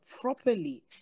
properly